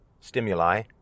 stimuli